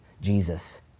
Jesus